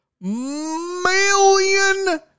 million